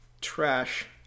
Trash